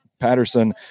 Patterson